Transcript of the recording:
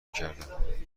کردم